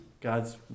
God's